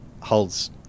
holds